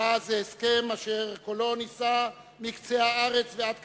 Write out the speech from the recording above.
היה זה הסכם אשר קולו נישא מקצה הארץ ועד קצה,